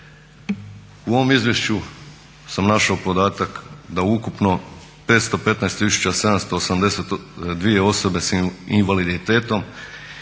U ovom izvješću sam našao podatak da ukupno 515 tisuća 782 osobe sa invaliditetom